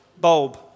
bulb